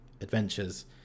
adventures